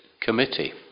Committee